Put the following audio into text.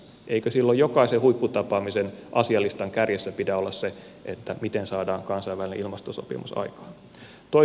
eikö silloin jokaisen huipputapaamisen asialistan kärjessä pidä olla se miten saadaan kansainvälinen ilmastosopimus aikaan